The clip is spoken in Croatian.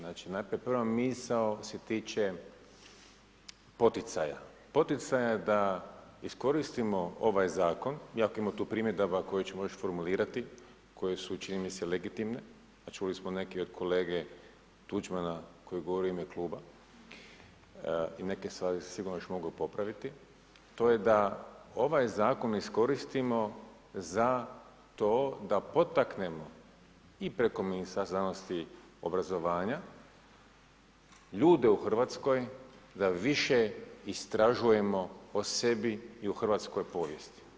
Najprije prva misao se tiče poticaja, poticaja da iskoristimo ovaj zakon, iako ima tu primjedaba koje ćemo još formulirati, koje su čini mi se legitimne, čuli smo neke od kolege Tuđmana koji je govorio u ime kluba i neke stvari se sigurno još mogu popraviti, to je da ovaj zakon iskoristimo za to da potaknemo i preko Ministarstva znanosti i obrazovanja ljude u Hrvatskoj da više istražujemo o sebi i o hrvatskoj povijesti.